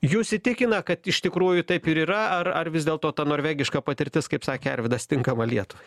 jus įtikina kad iš tikrųjų taip ir yra ar ar vis dėlto ta norvegiška patirtis kaip sakė arvydas tinkama lietuvai